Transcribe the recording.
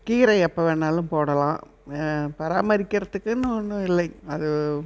கீரை எப்போ வேணாலும் போடலாம் பராமரிக்கிறதுக்குன்னு ஒன்றும் இல்லை அது